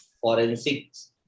forensics